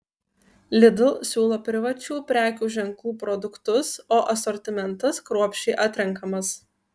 lidl siūlo privačių prekių ženklų produktus o asortimentas kruopščiai atrenkamas